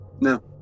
no